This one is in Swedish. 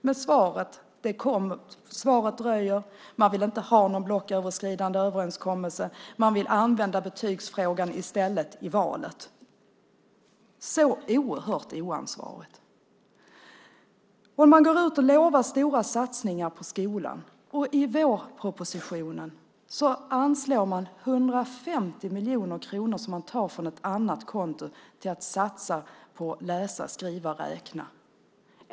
Men svaret dröjer. Man vill inte ha någon blocköverskridande överenskommelse. I stället vill man använda betygsfrågan i valrörelsen. Så oerhört oansvarigt! Man går ut och lovar stora satsningar på skolan. I vårpropositionen anslås 150 miljoner kronor - som tas från ett annat konto - till att satsa på läsa, skriva och räkna.